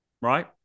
right